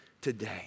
today